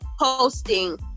posting